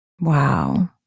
Wow